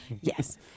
yes